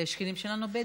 והשכנים שלנו בדואים.